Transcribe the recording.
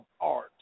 art